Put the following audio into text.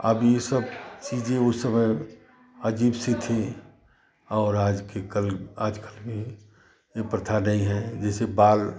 अब यह सब चीज़ें उस समय अज़ीब सी थीं और आज के कल आजकल यह प्रथा नहीं है जैसे बाल